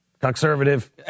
conservative